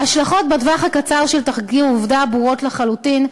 ההשלכות בטווח הקצר של תחקיר "עובדה" ברורות לחלוטין,